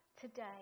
Today